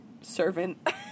servant